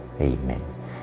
Amen